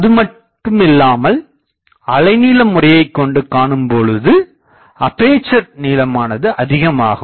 அதுமட்டுமில்லாமல் அலைநீள முறையைக்கொண்டு காணும்போது அப்பேசர் நீளமானது அதிகம் ஆகும்